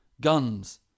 guns